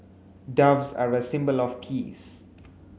doves are a symbol of peace